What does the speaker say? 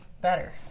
better